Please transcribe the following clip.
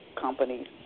companies